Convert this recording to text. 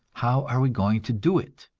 how are we going to do it?